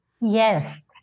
Yes